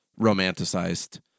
romanticized